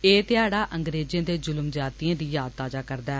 एह् ध्याड़ा अंग्रेजे दे जुल्म ज्यादितयें दी याद ताजा करदा ऐ